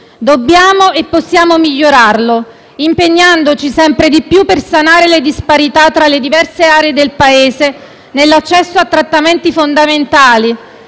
Dobbiamo e possiamo migliorarlo, impegnandoci sempre di più per sanare le disparità tra le diverse aree del Paese nell'accesso a trattamenti fondamentali